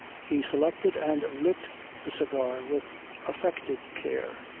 he selected and lit the cigar with affected care,